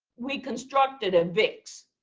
we constructed a vix,